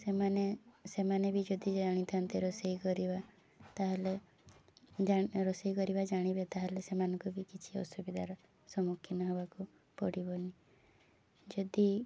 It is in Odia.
ସେମାନେ ସେମାନେ ବି ଯଦି ଜାଣିଥାନ୍ତି ରୋଷେଇ କରିବା ତାହେଲେ ରୋଷେଇ କରିବା ଜାଣିବେ ତାହେଲେ ସେମାନଙ୍କୁ ବି କିଛି ଅସୁବିଧାର ସମ୍ମୁଖୀନ ହେବାକୁ ପଡ଼ିବନି ଯଦି